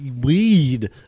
Weed